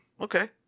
okay